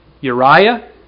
Uriah